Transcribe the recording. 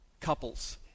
couples